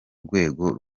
rwego